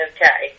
Okay